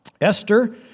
Esther